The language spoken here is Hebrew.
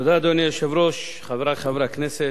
אדוני היושב-ראש, תודה, חברי חברי הכנסת,